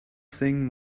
thing